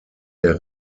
der